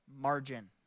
margin